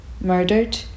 murdered